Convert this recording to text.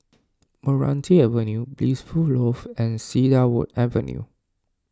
Meranti Avenue Blissful Loft and Cedarwood Avenue